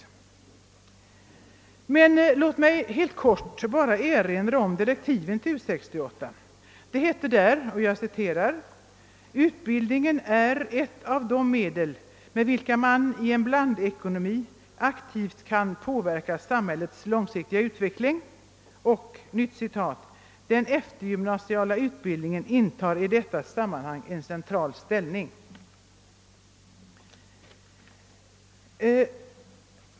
Men låt mig helt kort erinra om direktiven till U 68. Det hette där »att utbildningen är ett av de medel med vilka man i en blandekonomi aktivt kan påverka samhällets långsiktiga utveckling» och att »den eftergymnasiala utbildningen intar i detta sammanhang en central ställning».